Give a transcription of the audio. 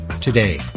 Today